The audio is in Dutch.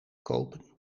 kopen